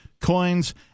coins